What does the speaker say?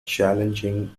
challenging